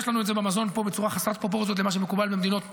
יש לנו את זה במזון פה בצורה חסרת פרופורציות למה שמקובל במדינות ייחוס,